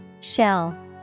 Shell